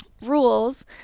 rules